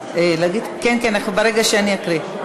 כן, כן, ברגע שאני אקריא.